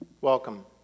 welcome